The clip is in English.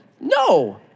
No